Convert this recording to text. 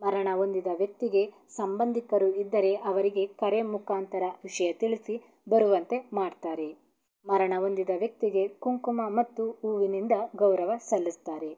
ಮರಣ ಹೊಂದಿದ ವ್ಯಕ್ತಿಗೆ ಸಂಬಂಧಿಕರು ಇದ್ದರೆ ಅವರಿಗೆ ಕರೆ ಮುಖಾಂತರ ವಿಷಯ ತಿಳಿಸಿ ಬರುವಂತೆ ಮಾಡ್ತಾರೆ ಮರಣ ಹೊಂದಿದ ವ್ಯಕ್ತಿಗೆ ಕುಂಕುಮ ಮತ್ತು ಹೂವಿನಿಂದ ಗೌರವ ಸಲ್ಲಿಸ್ತಾರೆ